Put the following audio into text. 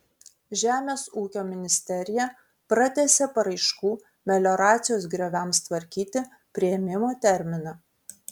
žemės ūkio ministerija pratęsė paraiškų melioracijos grioviams tvarkyti priėmimo terminą